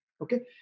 Okay